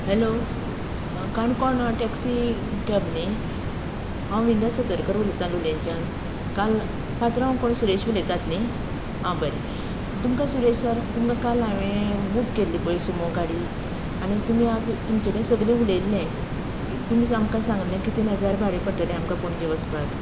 hello Canacona taxi cab न्ही हांव विंदा सतरकर उलयता लोलयेंच्यान काल पात्रांव कोण सुरेश उलयतात न्ही आं बरें तुमकां सुरेश सर तुमकां काल हांवेन बूक केल्ली पळय सुमो गाडी आनी तुमी आता तुमचे कडेन सगळें उलयल्लें की तुमी आमकां सांगले की तीन हजार भाडें पडटलें आमकां पणजे वचपाक